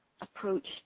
approach